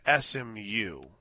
SMU